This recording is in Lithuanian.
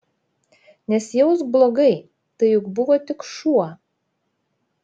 nesijausk blogai tai juk buvo tik šuo